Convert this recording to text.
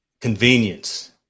convenience